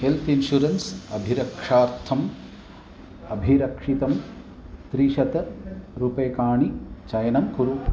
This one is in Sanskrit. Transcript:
हेल्त् इन्शुरेन्स् अभिरक्षार्थम् अभिरक्षितं त्रिशतरूप्यकाणि चयनं कुरु